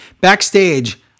backstage